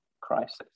crisis